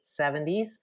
70s